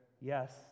Yes